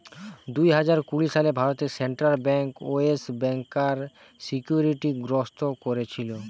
দুই হাজার কুড়ি সালে ভারতে সেন্ট্রাল বেঙ্ক ইয়েস ব্যাংকার সিকিউরিটি গ্রস্ত কোরেছিল